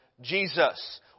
Jesus